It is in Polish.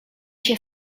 się